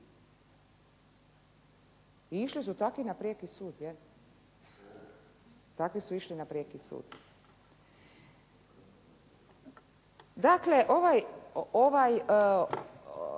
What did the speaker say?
Išli su takvi na prijeki sud. Takvi